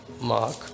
Mark